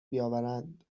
بیاورند